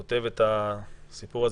שהוא כותב הסיפור הזה,